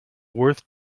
worth